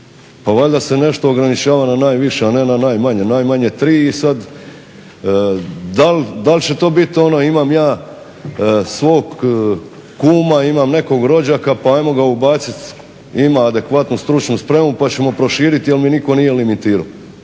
Pa valjda se nešto ograničava na najviše, a ne najmanje. Najmanje 3 i sad da li će to biti ono imam ja svog kuma, imam nekog rođaka pa ajmo ga ubaciti. Ima adekvatnu stručnu spremu pa ćemo proširiti jer mi nitko nije limitirao.